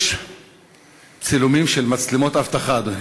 יש צילומים של מצלמות אבטחה, אדוני,